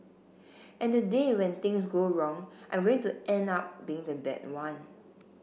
and the day when things go wrong I'm going to end up being the bad one